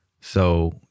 So-